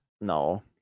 No